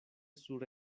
sur